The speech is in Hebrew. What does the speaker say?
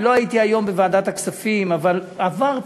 אני לא הייתי היום בוועדת הכספים, אבל עבר צו,